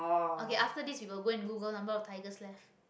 okay after this we will go and google number of tigers left